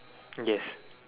yes